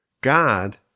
God